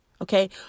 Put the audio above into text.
okay